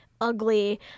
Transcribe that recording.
ugly